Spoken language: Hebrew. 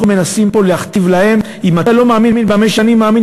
אנחנו מנסים להכתיב להם: אם אתה לא מאמין במה שאני מאמין,